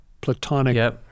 platonic